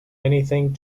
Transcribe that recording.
anything